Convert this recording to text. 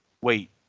wait